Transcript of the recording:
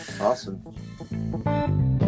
Awesome